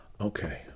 Okay